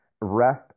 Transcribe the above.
rest